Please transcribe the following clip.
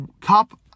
Cup